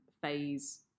phase